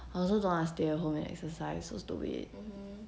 I also don't want to stay at home and exercise so stupid